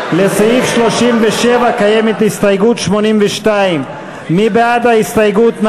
לסעיף 37 קיימת הסתייגות 82. מי בעד ההסתייגות?